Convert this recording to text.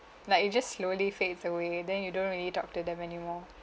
like it just slowly fades away then you don't really talk to them any more